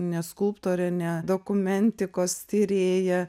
ne skulptorė ne dokumentikos tyrėja